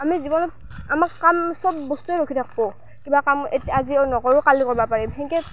আমি জীৱনত আমাক কাম চব বস্তুৱেই ৰখি থাকিব কিবা কাম এত আজিও নকৰোঁ কালি কৰিব পাৰিম সেনেকৈ